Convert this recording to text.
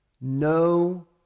no